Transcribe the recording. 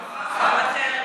נוכחת.